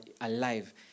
alive